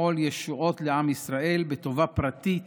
לפעול ישועות לעם ישראל בטובה פרטית